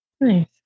Nice